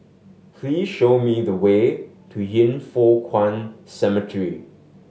please show me the way to Yin Foh Kuan Cemetery